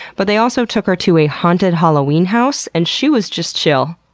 but they also took her to a haunted halloween house, and she was just chill.